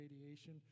radiation